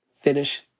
Finish